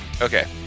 okay